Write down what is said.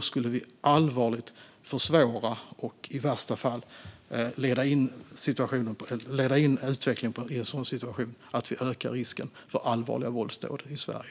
skulle vi allvarligt försvåra och i värsta fall leda utvecklingen mot en situation där vi ökar risken för allvarliga våldsdåd i Sverige.